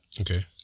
Okay